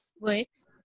works